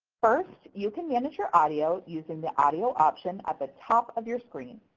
first, you can manage your audio using the audio option at the top of your screen.